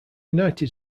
united